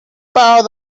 paws